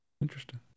Interesting